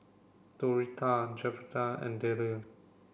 Doretta Jedidiah and Dayle